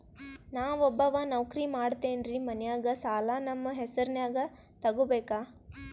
ನಾ ಒಬ್ಬವ ನೌಕ್ರಿ ಮಾಡತೆನ್ರಿ ಮನ್ಯಗ ಸಾಲಾ ನಮ್ ಹೆಸ್ರನ್ಯಾಗ ತೊಗೊಬೇಕ?